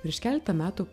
prieš keletą metų